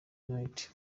night